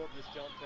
is still